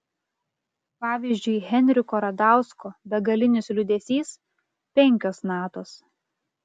pavyzdžiui henriko radausko begalinis liūdesys penkios natos